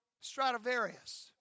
Stradivarius